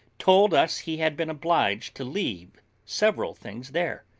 told us he had been obliged to leave several things there,